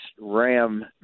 Ram